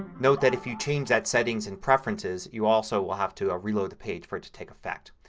noted that if you change that setting in preferences you also will have to ah reload the page for it to take effect.